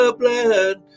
blood